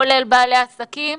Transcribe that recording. כולל בעלי עסקים,